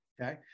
Okay